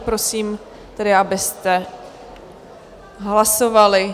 Prosím tedy, abyste hlasovali.